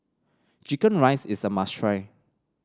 chicken rice is a must try